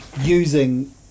using